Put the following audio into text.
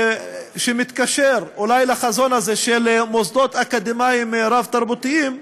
שמתקשר אולי לחזון הזה של מוסדות אקדמיים רב-תרבותיים,